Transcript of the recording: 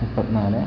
മുപ്പത്തി നാല്